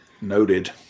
Noted